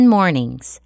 Mornings